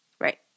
Right